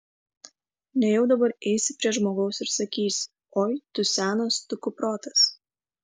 nejau dabar eisi prie žmogaus ir sakysi oi tu senas tu kuprotas